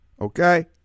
okay